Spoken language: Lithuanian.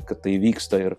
kad tai vyksta ir